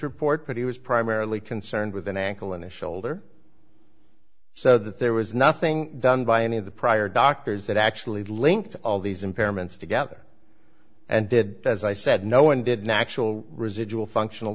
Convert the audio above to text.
report pretty was primarily concerned with an ankle in the shoulder so that there was nothing done by any of the prior doctors that actually linked all these impairments together and did as i said no one did natural residual functional